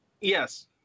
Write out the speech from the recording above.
Yes